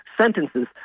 sentences